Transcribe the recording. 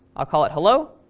i'll call it hello.